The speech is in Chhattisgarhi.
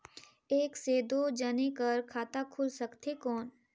एक से दो जने कर खाता खुल सकथे कौन?